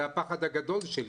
זה הפחד הגדול שלי.